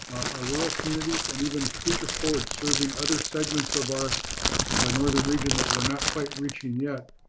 our rural communities, and even future forward, serving other segments of our northern region that we're not quite reaching yet,